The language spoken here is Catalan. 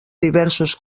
diversos